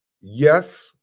Yes